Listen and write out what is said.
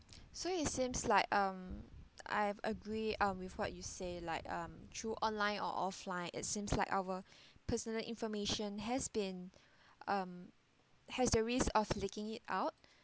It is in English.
so it seems like um I agree um with what you say like um through online or offline it seems like our personal information has been um has the risk of leaking it out